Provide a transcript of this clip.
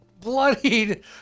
bloodied